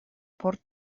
por